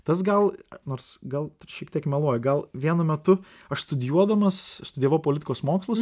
tas gal nors gal šiek tiek meluoju gal vienu metu aš studijuodamas studijavau politikos mokslus